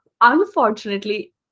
unfortunately